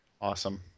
Awesome